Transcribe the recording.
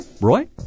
Roy